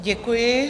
Děkuji.